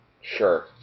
Sure